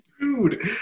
Dude